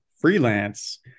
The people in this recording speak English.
freelance